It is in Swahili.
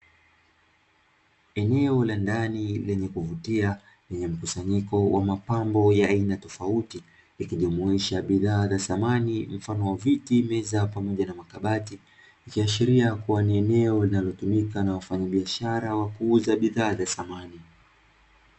Eneo la ndani lenye kuvutia, lenye mkusanyiko wa mapambo ya aina tofauti, ikijumuisha bidhaa za samani mfano wa; viti, meza pamoja na makabati, ikiashiria kuwa ni eneo linalotumika na wafanyabiashara kuuza bidhaa za samani.